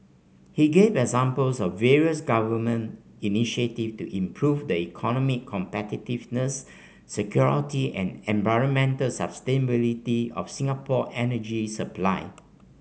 he gave examples of various government initiatives to improve the economic competitiveness security and environmental sustainability of Singapore energy supply